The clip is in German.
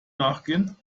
nachgehen